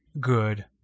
good